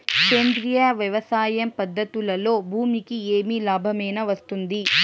సేంద్రియ వ్యవసాయం పద్ధతులలో భూమికి ఏమి లాభమేనా వస్తుంది?